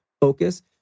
focus